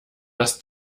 das